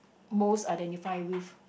most identify with